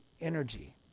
energy